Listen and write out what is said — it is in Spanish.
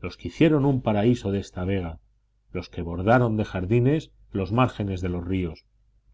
los que hicieron un paraíso de esta vega los que bordaron de jardines las márgenes de los ríos